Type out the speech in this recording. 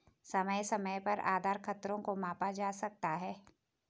समय समय पर आधार खतरों को मापा जा सकता है